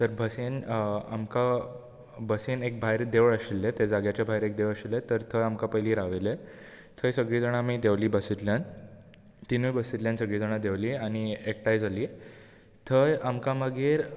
तर बसीन आमकां बसीन भायर एक देवूळ आशिल्लें ते जाग्याच्या भायर एक देवूळ आशिल्लें तर थंय आमकां पयलीं रावयलें थंय सगळीं जाणां आमी देवलीं बसींतल्यान तीनूय बसींतल्यान सगळीं जाणां देवलीं एकठांय जालीं थंय आमकां मागीर